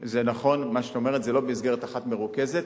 נכון מה שאת אומרת, זה לא במסגרת אחת מרוכזת,